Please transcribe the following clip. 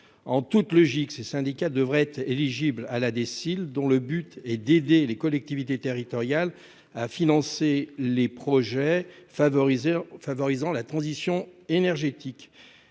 en toute logique ces syndicats devraient être éligible à la déciles dont le but est d'aider les collectivités territoriales à financer les projets favoriser en favorisant la transition énergétique.